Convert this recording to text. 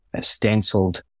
stenciled